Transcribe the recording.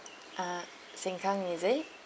uh Sengkang is it